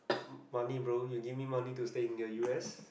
money bro you give me money to stay in the u_s